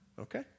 Okay